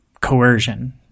coercion